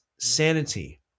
sanity